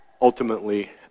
ultimately